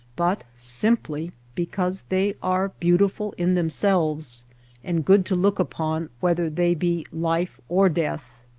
but simply because they are beautiful in themselves and good to look upon whether they be life or death.